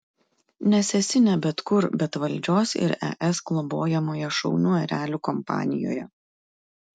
nes esi ne bet kur bet valdžios ir es globojamoje šaunių erelių kompanijoje